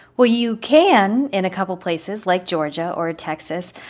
well, you can in a couple places, like georgia or texas.